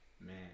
man